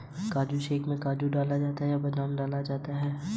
सामाजिक सहायता पाने के लिए क्या नियम हैं?